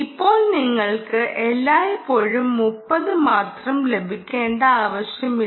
ഇപ്പോൾ നിങ്ങൾക്ക് എല്ലായ്പ്പോഴും 30 മാത്രം ലഭിക്കേണ്ട ആവശ്യമില്ല